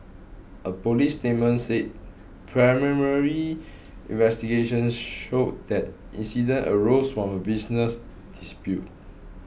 a police statement said investigations showed that incident arose from a business dispute